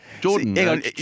Jordan